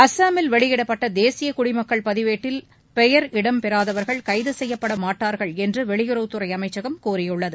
அஸ்ஸாமில் வெளியிடப்பட்ட தேசிய குடிமக்கள் பதிவேட்டில் பெயர் இடம்பெறாதவர்கள் கைது செய்யப்பட மாட்டார்கள் என்று வெளியுறவுத்துறை அமைச்சகம் கூறியுள்ளது